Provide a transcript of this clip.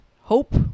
hope